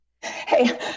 Hey